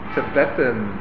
Tibetan